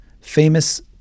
famous